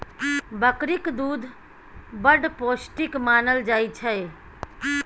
बकरीक दुध बड़ पौष्टिक मानल जाइ छै